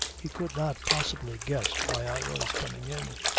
he could not possibly guess why i was coming in,